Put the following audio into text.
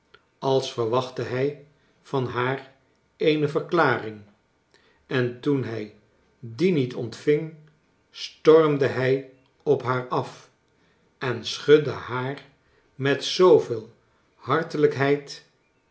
als verwachtte hrj van haar eene verklaring en toen hij die niet ontving stormde hij op haar af en schudde haar met zooveel